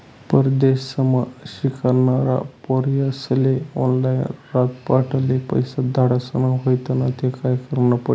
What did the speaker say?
परदेसमा शिकनारा पोर्यास्ले ऑनलाईन रातपहाटले पैसा धाडना व्हतीन ते काय करनं पडी